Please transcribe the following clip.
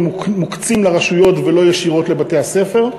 מוקצים לרשויות ולא ישירות לבתי-הספר.